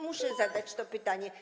muszę zadać to pytanie.